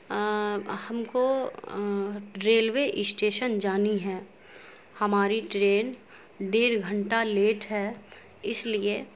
ہم کو railway station جانی ہے ہماری ٹرین ڈیڑھ گھنٹہ لیٹ ہے اس لیے